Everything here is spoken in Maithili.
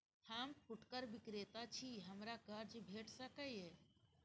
हम फुटकर विक्रेता छी, हमरा कर्ज भेट सकै ये?